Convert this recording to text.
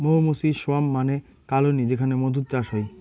মৌ মুচির সোয়ার্ম মানে কলোনি যেখানে মধুর চাষ হই